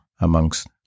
amongst